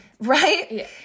right